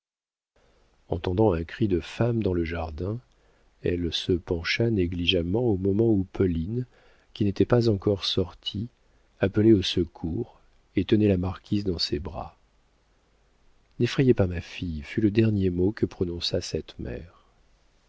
raccommodement entendant un cri de femme dans le jardin elle se pencha négligemment au moment où pauline qui n'était pas encore sortie appelait au secours et tenait la marquise dans ses bras n'effrayez pas ma fille fut le dernier mot que prononça cette mère